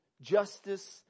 Justice